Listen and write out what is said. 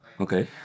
Okay